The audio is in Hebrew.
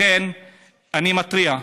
אני מתריע: